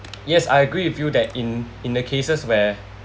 yes I agree with you that in in the cases where